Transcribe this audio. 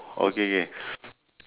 okay K